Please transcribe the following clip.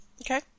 Okay